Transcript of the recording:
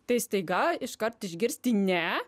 tai staiga iškart išgirsti ne